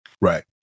Right